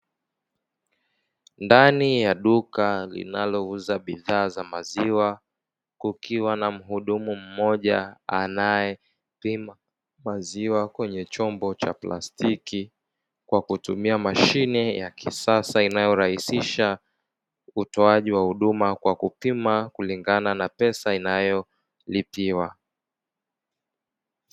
Ndani ya duka linalouza bidhaa za maziwa kukiwa na mhudumu mmoja anayepima maziwa kwenye chombo cha plastiki kwa kutumia mashine ya kisasa, inayorahisisha utoaji wa huduma kwa kupima kulingana na pesa inayolipiwa.